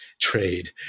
trade